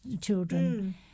children